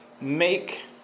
make